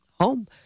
home